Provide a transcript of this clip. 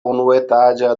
unuetaĝa